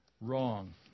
wrong